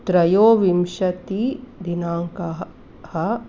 त्रयोविंशतिदिनाङ्कः ह